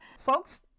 folks